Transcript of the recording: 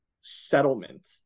settlement